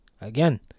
Again